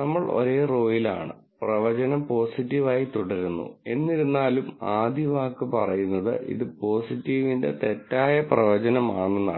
നമ്മൾ ഒരേ റോയിലാണ് പ്രവചനം പോസിറ്റീവ് ആയി തുടരുന്നു എന്നിരുന്നാലും ആദ്യ വാക്ക് പറയുന്നത് ഇത് പോസിറ്റീവിന്റെ തെറ്റായ പ്രവചനമാണെന്നാണ്